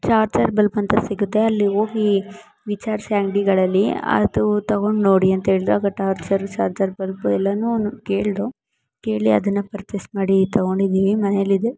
charger ಬಲ್ಪಂತ ಸಿಗುತ್ತೆ ಅಲ್ಲಿ ಹೋಗೀ ವಿಚಾರಿಸಿ ಅಂಗಡಿಗಳಲ್ಲಿ ಅದು ತೊಗೊಂಡು ನೋಡಿ ಅಂತ ಹೇಳ್ದ ಚಾರ್ಜರು ಚಾರ್ಜರ್ ಬಲ್ಪು ಎಲ್ಲನೂ ಕೇಳ್ದೊ ಕೇಳಿ ಅದನ್ನು ಪರ್ಚೆಸ್ ಮಾಡಿ ತೊಗೊಂಡಿದ್ದೀವಿ ಮನೇಲಿದೆ